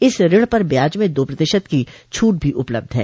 इस ऋण पर ब्याज में दो प्रतिशत की छूट भी उपलब्ध है